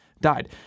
died